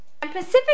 Pacific